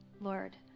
Lord